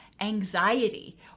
anxiety